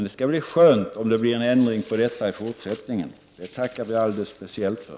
Det skulle vara skönt om det blev en ändring på detta i fortsättningen. Det tackar vi alldeles speciellt för.